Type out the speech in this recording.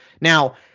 Now